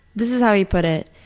this is how he put it.